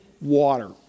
water